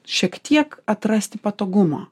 šiek tiek atrasti patogumą